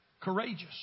courageous